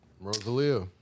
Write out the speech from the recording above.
Rosalia